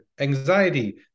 anxiety